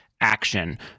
action